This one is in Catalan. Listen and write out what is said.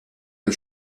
del